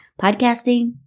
podcasting